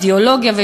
אידיאולוגיה,